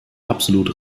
absolut